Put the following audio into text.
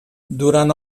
durant